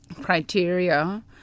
criteria